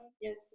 Yes